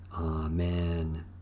Amen